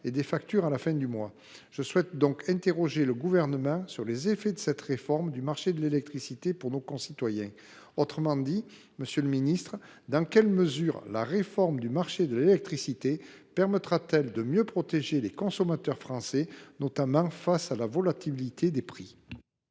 et des factures à la fin du mois. Je souhaite donc interroger le Gouvernement sur les effets de cette réforme du marché de l’électricité pour nos concitoyens. Autrement dit, monsieur le ministre, dans quelle mesure cette réforme permettra t elle de mieux protéger les consommateurs français, notamment face à la volatilité des prix ?